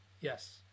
Yes